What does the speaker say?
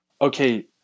Okay